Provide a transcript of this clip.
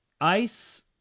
ice